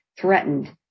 threatened